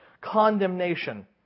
condemnation